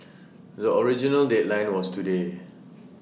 the original deadline was today